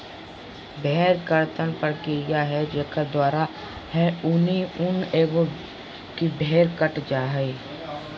भेड़ कर्तन प्रक्रिया है जेकर द्वारा है ऊनी ऊन एगो की भेड़ कट जा हइ